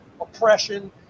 oppression